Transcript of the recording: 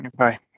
Okay